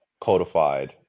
codified